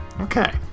okay